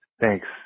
Thanks